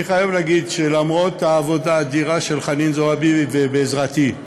אני חייב להגיד שלמרות העבודה האדירה של חנין זועבי ובעזרתי,